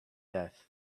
death